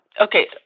okay